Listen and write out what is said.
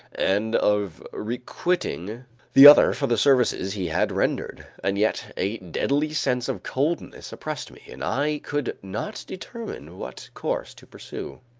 and of requiting the other for the services he had rendered. and yet, a deadly sense of coldness oppressed me and i could not determine what course to pursue.